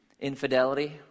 Infidelity